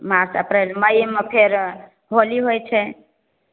मार्च अप्रिल मई मे फेर होली होइ छै